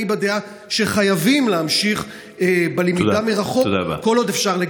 אני בדעה שחייבים להמשיך בלמידה מרחוק כל עוד אפשר.